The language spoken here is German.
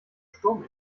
sturm